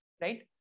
right